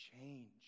change